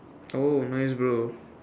oh nice bro